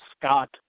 Scott